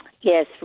Yes